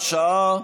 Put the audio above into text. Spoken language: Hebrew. (הוראת שעה).